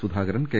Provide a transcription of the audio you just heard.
Sudha Karan K